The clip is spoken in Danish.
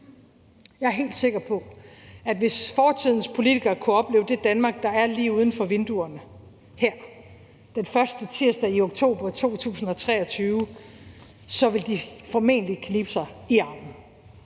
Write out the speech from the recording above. Jeg er helt sikker på, at hvis fortidens politikere kunne opleve det Danmark, der er lige uden for vinduerne her den første tirsdag i oktober 2023, så ville de formentlig knibe sig i armen